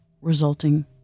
resulting